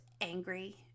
angry